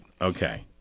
Okay